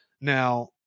Now